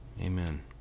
Amen